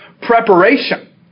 preparation